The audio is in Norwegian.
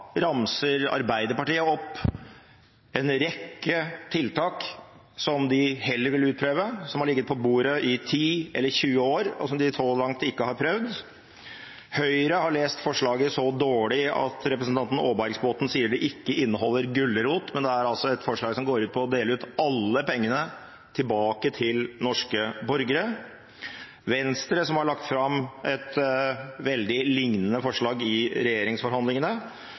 ramser Arbeiderpartiet opp en rekke tiltak som de heller vil utprøve, som har ligget på bordet i 10 eller 20 år, og som de så langt ikke har prøvd. Høyre har lest forslaget så dårlig at representanten Aarbergsbotten sier det ikke inneholder gulrot. Men det er et forslag som går ut på å dele ut alle pengene tilbake til norske borgere. Venstre har lagt fram et veldig liknende forslag i regjeringsforhandlingene,